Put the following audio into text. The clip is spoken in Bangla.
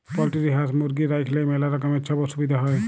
পলটিরি হাঁস, মুরগি রাইখলেই ম্যালা রকমের ছব অসুবিধা হ্যয়